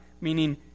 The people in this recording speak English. meaning